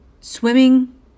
swimming